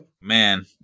Man